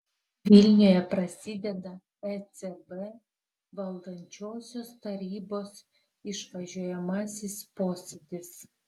vilniuje prasideda ecb valdančiosios tarybos išvažiuojamasis posėdis